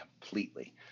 completely